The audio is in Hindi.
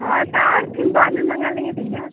हाँ तो और फिर बाद में मँगा लेंगे भैया